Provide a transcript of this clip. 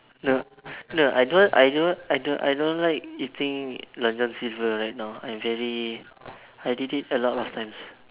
no no I don't I don't I don't I don't like eating Long-John-Silver's right now I'm very I did it a lot of times